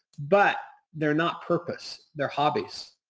but they're not purpose. they're hobbies.